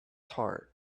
heart